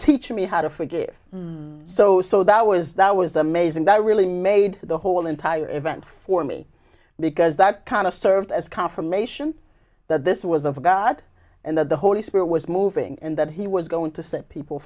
teach me how to forgive so so that was that was amazing that really made the whole entire event for me because that kind of served as confirmation that this was of god and that the holy spirit was moving and that he was going to set people